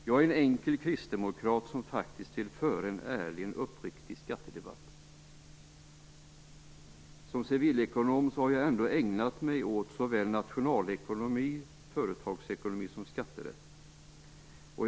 Jag är en enkel kristdemokrat, som faktiskt vill föra en ärlig och uppriktig skattedebatt. Som civilekonom har jag ägnat mig åt såväl nationalekonomi och företagsekonomi som skatterätt.